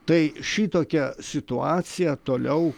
tai šitokia situacija toliau